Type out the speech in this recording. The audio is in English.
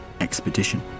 expedition